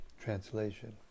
translation